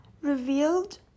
revealed